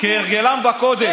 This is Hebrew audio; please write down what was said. כהרגלם בקודש.